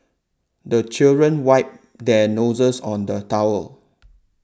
the children wipe their noses on the towel